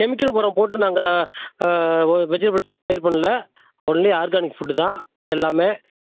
chemical உரம் போட்டு நாங்கள் வெஜிடபுள்ஸ் பயிர் பண்ணல ஒன்லி ஆர்கானிக் ஃபுட்டு தான் எல்லாமே